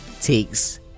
takes